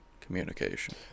Communication